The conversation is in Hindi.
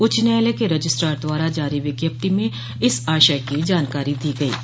उच्च न्यायालय के रजिस्ट्रार द्वारा जारी विज्ञप्ति में इस आशय की जानकारी दी गई है